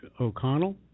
O'Connell